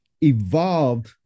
evolved